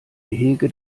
gehege